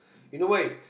you know why